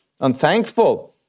unthankful